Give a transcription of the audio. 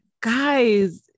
guys